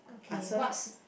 answer lah